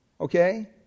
Okay